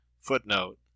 Footnote